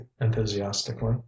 enthusiastically